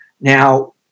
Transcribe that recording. Now